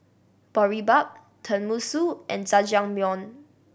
Boribap Tenmusu and Jajangmyeon